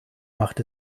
macht